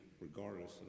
regardless